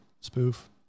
spoof